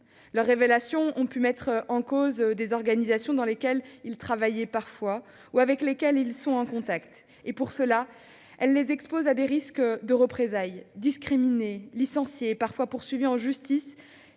Leurs révélations ont pu mettre en cause les organisations dans lesquelles ils travaillaient ou avec lesquelles ils sont en contact ; pour cela, elles les exposent à des risques de représailles. Discriminés, licenciés, parfois poursuivis en justice,